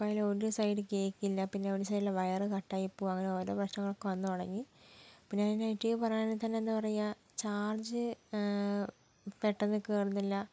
അപ്പോൾ ഒരു സൈഡിൽ കേൾക്കില്ല പിന്നെ ഒരു സൈഡിലെ വയർ കട്ടായി പോകുക അങ്ങനെ ഓരോ പ്രശ്നങ്ങളൊക്കെ വന്ന് തുടങ്ങി പിന്നെ അതിനെ നെഗറ്റീവ് പറയുകയാണെങ്കിൽ തന്നെ എന്താ പറയുക ചാർജ് പെട്ടെന്ന് കയറുന്നില്ല